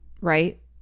right